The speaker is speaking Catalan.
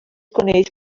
coneix